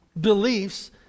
beliefs